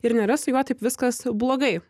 ir nėra su juo taip viskas blogai